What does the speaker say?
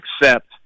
accept